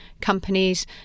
companies